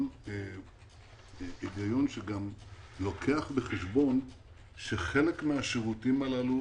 שגם לוקח בחשבון שחלק מהשירותים הללו